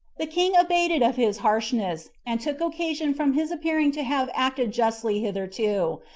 the king abated of his harshness, and took occasion from his appearing to have acted justly hitherto,